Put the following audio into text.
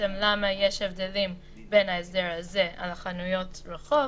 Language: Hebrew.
למה יש הבדלים בין ההסדר הזה על חנויות הרחוב